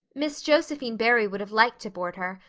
miss josephine barry would have liked to board her,